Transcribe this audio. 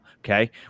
Okay